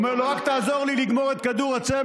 הוא אומר לו: רק תעזור לי לגמור את כדור הצמר,